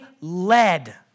led